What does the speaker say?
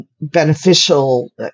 beneficial